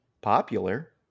popular